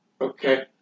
Okay